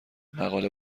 مقاله